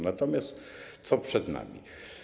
Natomiast co przed nami?